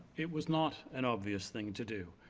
it was not an obvious thing to do.